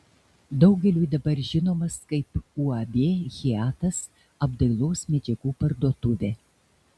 daugeliui dabar žinomas kaip uab hiatas apdailos medžiagų parduotuvė